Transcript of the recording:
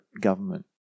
government